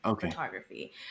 photography